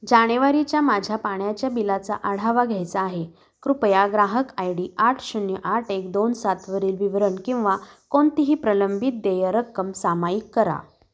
जाणेवारीच्या माझ्या पाण्याच्या बिलाचा आढावा घ्यायचा आहे कृपया ग्राहक आय डी आठ शून्य आठ एक दोन सातवरील विवरण किंवा कोणतीही प्रलंबित देय रक्कम सामायिक करा